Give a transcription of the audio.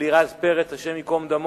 אלירז פרץ הי"ד,